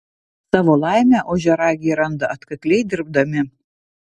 savo laimę ožiaragiai randa atkakliai dirbdami